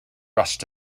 rust